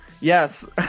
yes